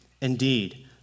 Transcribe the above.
Indeed